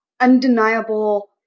undeniable